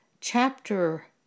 chapter